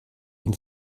ihn